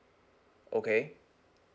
okay